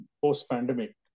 post-pandemic